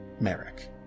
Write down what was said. Merrick